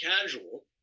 casual